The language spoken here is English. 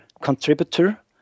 contributor